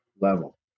level